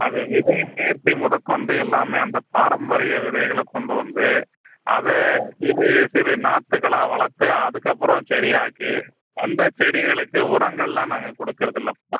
அது விதையின் நேர்த்தி முதக்கொண்டு எல்லாமே அந்த பாரம்பரிய விதைகளை கொண்டு வந்து அதை சிறு சிறு நாற்றுகளா வளர்த்து அதுக்கப்புறம் செடியாக்கி அந்த செடிகளுக்கு உரங்கள்லாம் நாங்கள் கொடுக்கறதில்லப்பா